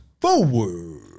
forward